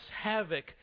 havoc